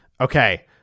Okay